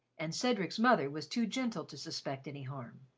and cedric's mother was too gentle to suspect any harm.